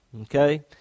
okay